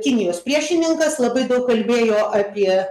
kinijos priešininkas labai daug kalbėjo apie